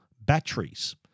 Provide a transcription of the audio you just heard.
batteries